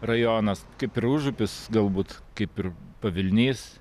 rajonas kaip ir užupis galbūt kaip ir pavilnys